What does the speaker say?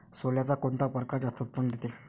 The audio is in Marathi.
सोल्याचा कोनता परकार जास्त उत्पन्न देते?